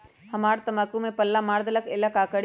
हमरा तंबाकू में पल्ला मार देलक ये ला का करी?